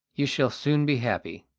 you shall soon be happy.